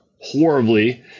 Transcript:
horribly